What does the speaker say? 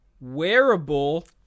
wearable